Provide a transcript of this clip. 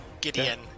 Gideon